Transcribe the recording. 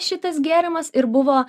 šitas gėrimas ir buvo